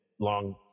long